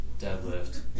deadlift